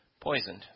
poisoned